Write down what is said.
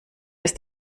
ist